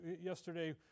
yesterday